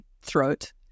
throat